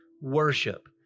worship